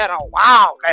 Wow